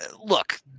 look